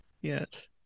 yes